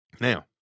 Now